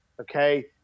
Okay